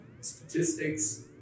statistics